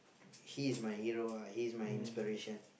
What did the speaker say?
he's my hero ah he's my inspiration